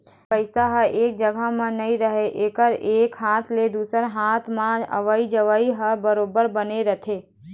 पइसा ह एके जघा म नइ राहय एकर एक हाथ ले दुसर के हात म अवई जवई ह बरोबर बने रहिथे